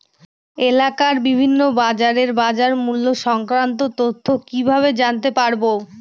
এলাকার বিভিন্ন বাজারের বাজারমূল্য সংক্রান্ত তথ্য কিভাবে জানতে পারব?